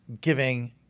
giving